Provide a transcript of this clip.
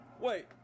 Wait